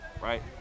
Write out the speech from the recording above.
right